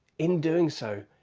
in doing so,